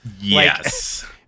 Yes